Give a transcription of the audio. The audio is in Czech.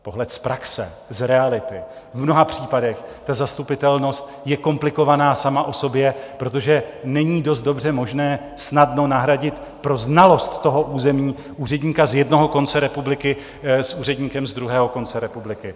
Pohled z praxe, z reality v mnoha případech ta zastupitelnost je komplikovaná sama o sobě, protože není dost dobře možné snadno nahradit pro znalost toho území úředníka z jednoho konce republiky úředníkem z druhého konce republiky.